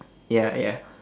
ya ya